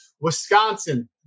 Wisconsin